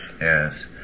Yes